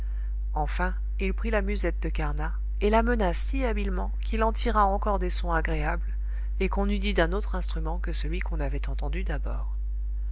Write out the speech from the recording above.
enfin il prit la musette de carnat et la mena si habilement qu'il en tira encore des sons agréables et qu'on eût dit d'un autre instrument que celui qu'on avait entendu d'abord